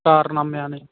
ਕਾਰਨਾਮਿਆਂ ਨੇ